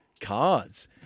cards